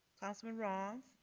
councilman roth.